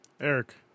Eric